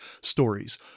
stories